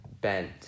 bent